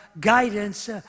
guidance